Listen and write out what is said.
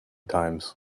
times